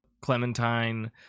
Clementine